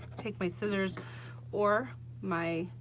take my scissors or my,